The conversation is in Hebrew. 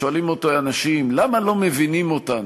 ואנשים שואלים: למה לא מבינים אותנו?